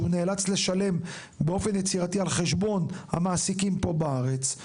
נאלץ לשלם באופן יצירתי על חשבון המעסיקים פה בארץ.